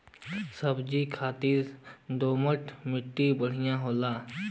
सब्जी खातिर दोमट मट्टी बढ़िया होला